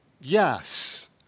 Yes